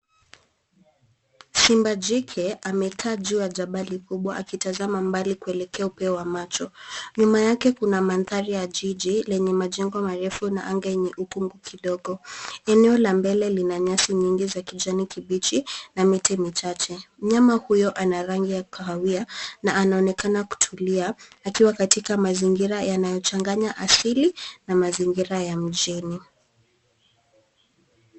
Simba jike amekaa juu ya jabali kubwa akitazama mbali kuelekea upeo wa macho. Nyuma yake kuna mandhari ya jiji lenye majengo marefu na anga yenye ukungu kidogo. Eneo la mbele lina nyasi nyingi za kijani kibichi na miti michache. Mnyama huyo ana rangi ya kahawia na anaonekana kutulia akiwa katika mazingira yanayochanganya asili na mazingira ya mjini.